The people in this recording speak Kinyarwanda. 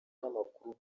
n’amakuru